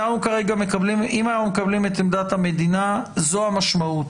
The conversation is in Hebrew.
אם אנחנו מקבלים את עמדת המדינה, זו המשמעות.